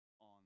on